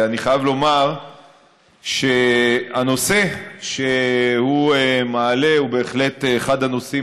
אני חייב לומר שהנושא שהוא מעלה הוא בהחלט אחד הנושאים